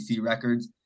records